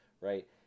right